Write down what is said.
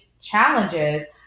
challenges